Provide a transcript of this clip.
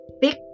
Big